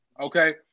okay